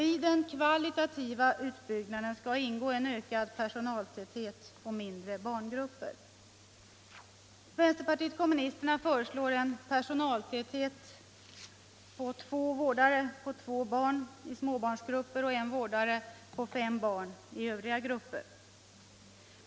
I den kvalitativa utbyggnaden skall ingå en ökad personaltäthet och mindre barngrupper. Vänsterpartiet kommunisterna föreslår en personaltäthet om två vårdare på fem barn i småbarnsgrupper och en vårdare på fem barn i övriga grupper.